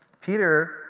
Peter